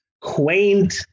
quaint